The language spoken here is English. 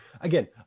again